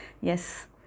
Yes